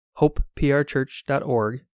hopeprchurch.org